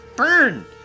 Burn